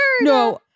No